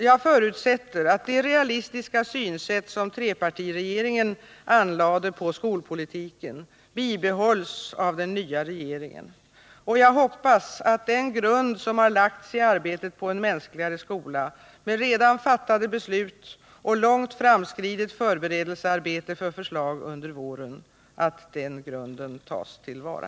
Jag förutsätter att det realistiska synsätt som trepartiregeringen anlade på skolpolitiken bibehålls av den nya regeringen och jag hoppas att den grund som lagts i arbetet på en mänskligare skola med redan fattade beslut och långt framskridet förberedelsearbete för förslag under våren tas till vara.